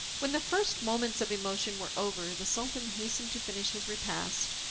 when the first moments of emotion were over, the sultan hastened to finish his repast,